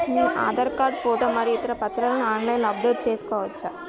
నేను Aadhaar card photo మరియు ఇతర పత్రాలను ఆన్ లైన్ అప్ డెట్ చేసుకోవచ్చా?